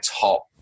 top